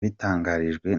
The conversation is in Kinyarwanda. yabitangarijwe